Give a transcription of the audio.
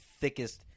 thickest